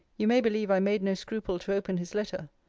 you may believe i made no scruple to open his letter,